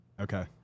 Okay